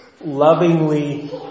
lovingly